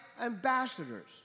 ambassadors